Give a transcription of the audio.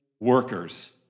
workers